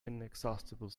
inexhaustible